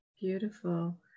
Beautiful